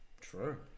True